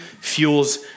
fuels